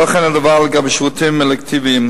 לא כך הדבר לגבי שירותים אלקטיביים.